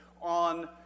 on